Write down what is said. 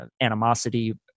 animosity